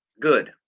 Good